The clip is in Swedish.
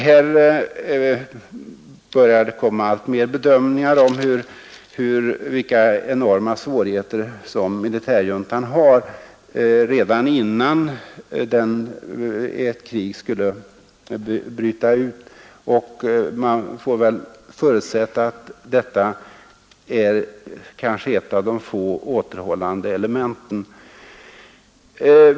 Här börjar det alltmer komma bedömningar om vilka enorma svårigheter som militärjuntan har redan innan ett krig skulle bryta ut, och man får väl förutsätta att detta är ett av de få återhållande elementen.